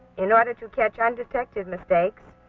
in order to catch undetected mistakes,